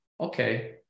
Okay